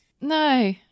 No